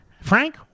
Frank